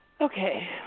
Okay